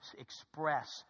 express